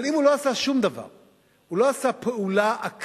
אם הוא עושה את הדברים